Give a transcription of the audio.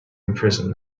imprison